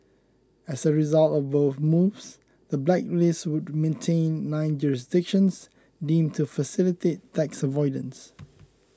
as a result of both moves the blacklist would maintain nine jurisdictions deemed to facilitate tax avoidance